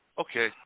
okay